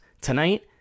Tonight